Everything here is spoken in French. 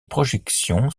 projections